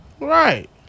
Right